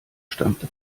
stammte